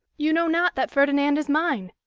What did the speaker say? you know not that ferdinand is mine!